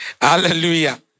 Hallelujah